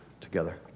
together